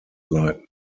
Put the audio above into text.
leiten